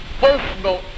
personal